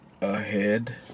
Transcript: ahead